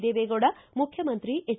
ದೇವೇಗೌಡ ಮುಖ್ಯಮಂತ್ರಿ ಎಚ್